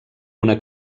una